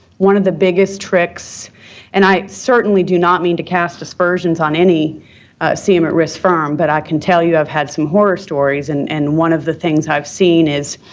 one of the biggest tricks and i certainly do not mean to cost aspersions on any cm at risk firm, but i can tell you i've had some horror stories, and and one of the things i've seen is,